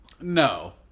No